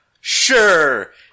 Sure